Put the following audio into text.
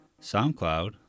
SoundCloud